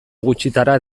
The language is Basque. gutxitara